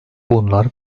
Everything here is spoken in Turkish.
bunlar